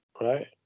right